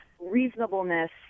reasonableness